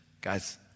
Guys